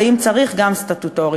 ואם צריך גם סטטוטורית.